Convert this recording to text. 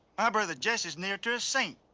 ah brother jesse's near to a saint.